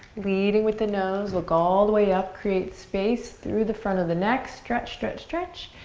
leading with the nose. look all the way up. create space through the front of the neck. stretch, stretch, stretch.